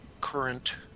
current